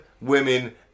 women